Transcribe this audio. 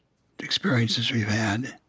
experiences we've had.